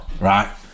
right